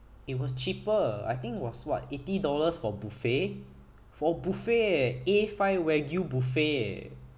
it was cheaper I think it was what eighty dollars for buffet for buffet eh A five wagyu buffet eh